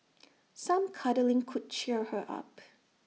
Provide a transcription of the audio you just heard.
some cuddling could cheer her up